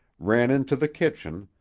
ran into the kitchen,